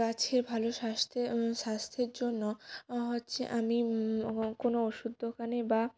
গাছের ভালো স্বাস্থ্যে স্বাস্থ্যের জন্য হচ্ছে আমি কোনো ওষুদ দোকানে বা